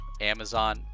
Amazon